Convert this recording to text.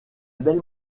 belle